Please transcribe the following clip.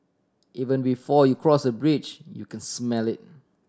even before you cross the bridge you can smell it